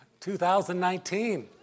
2019